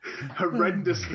Horrendously